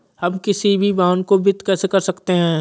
हम किसी भी वाहन को वित्त कैसे कर सकते हैं?